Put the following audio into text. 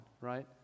right